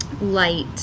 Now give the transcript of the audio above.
light